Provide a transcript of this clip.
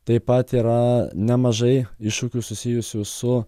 taip pat yra nemažai iššūkių susijusių su